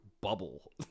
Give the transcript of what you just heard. bubble